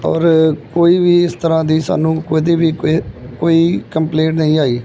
ਔਰ ਕੋਈ ਵੀ ਇਸ ਤਰ੍ਹਾਂ ਦੀ ਸਾਨੂੰ ਕਦੇ ਵੀ ਕੋ ਕੋਈ ਕੰਪਲੇਂਟ ਨਹੀਂ ਆਈ